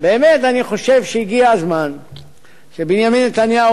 באמת אני חושב שהגיע הזמן שבנימין נתניהו